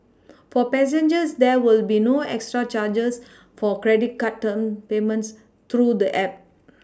for passengers there will be no extra charges for credit card turn payments through the app